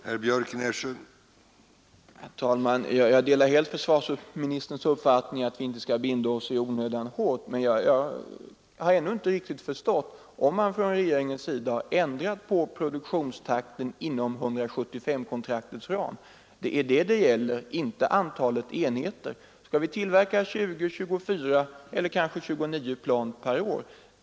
Herr talman! Jag delar helt försvarsministerns uppfattning att vi inte i onödan skall binda oss hårt, men jag har ännu inte riktigt förstått om regeringen har ändrat på produktionstakten inom 175-kontraktets ram. Det är detta det gäller; inte totala antalet enheter. Skall vi tillverka 20, 24 eller kanske 29 plan per år?